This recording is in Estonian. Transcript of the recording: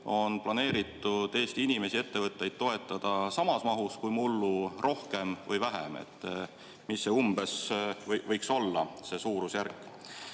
on planeeritud Eesti inimesi ja ettevõtteid toetada samas mahus kui mullu, rohkem või vähem. Mis see umbes võiks olla, see suurusjärk? Aga